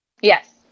Yes